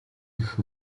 гэх